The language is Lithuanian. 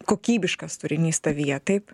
kokybiškas turinys tavyje taip